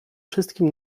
wszystkim